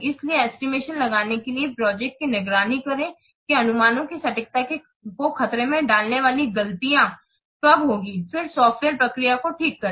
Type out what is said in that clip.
इसलिए एस्टिमेशन लगाने के लिए प्रोजेक्ट की निगरानी करें कि अनुमानों की सटीकता को खतरे में डालने वाली गलतियाँ कब होंगी फिर सॉफ्टवेयर प्रक्रिया को ठीक करें